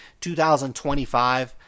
2025